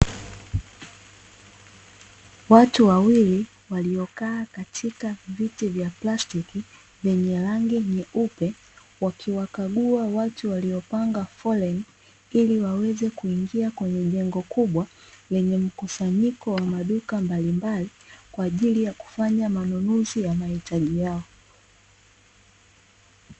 Watu wawili waliokaa katika viti vya plastiki vyenye rangi nyeupe, wakiwakagua watu waliopanga foleni ili waweze kuingia kwenye jengo kubwa lenye mkusanyiko wa maduka mbalimbali, kwa ajili ya kufanya manunuzi ya mahitaji yao.